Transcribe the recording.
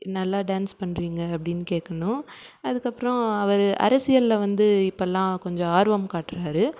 நல்லா டான்ஸ் பண்ணுறீங்க அப்படின் கேட்கணும் அதுக்கப்புறம் அவர் அரசியலில் வந்து இப்பெல்லாம் கொஞ்சம் ஆர்வம் காட்டுகிறாரு